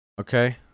Okay